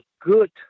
good